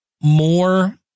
more